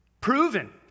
proven